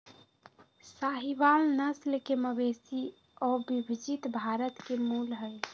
साहीवाल नस्ल के मवेशी अविभजित भारत के मूल हई